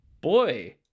boy